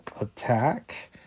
attack